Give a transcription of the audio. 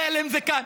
חלם זה כאן,